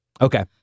Okay